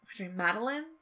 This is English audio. Madeline